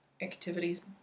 activities